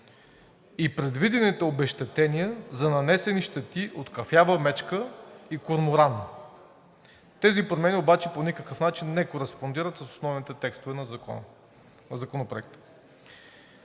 и предвидените обезщетения за нанесени щети от кафява мечка и корморан. Тези промени обаче по никакъв начин не кореспондират с основните текстове на Законопроекта.